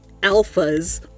alphas